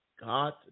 God